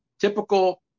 typical